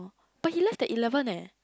but he left at eleven eh